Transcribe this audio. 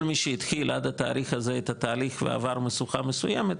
כל מי שהתחיל עד התאריך הזה את התהליך ועבר מסוכה מסוימת,